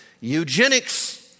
Eugenics